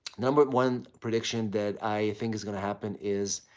number one prediction that i think is going to happen is